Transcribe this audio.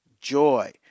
joy